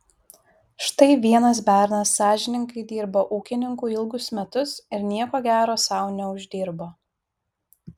štai vienas bernas sąžiningai dirbo ūkininkui ilgus metus ir nieko gero sau neuždirbo